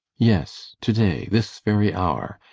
yes to-day. this very hour.